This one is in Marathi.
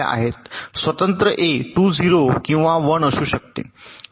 स्वतंत्र ए 2 0 किंवा 1 असू शकते